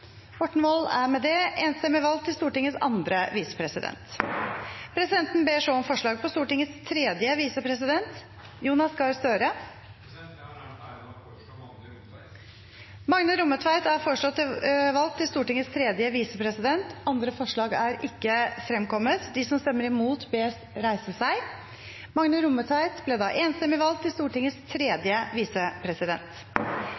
Morten Wold. Morten Wold er foreslått valgt til Stortingets andre visepresident. – Andre forslag er ikke fremkommet. Presidenten ber så om forslag på Stortingets tredje visepresident . Jeg har den ære å foreslå Magne Rommetveit . Magne Rommetveit er foreslått valgt til Stortingets tredje visepresident. – Andre forslag er ikke fremkommet. Presidenten ber så om forslag på Stortingets